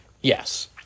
Yes